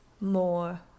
more